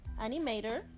animator